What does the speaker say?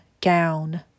gown